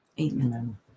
amen